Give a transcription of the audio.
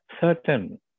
certain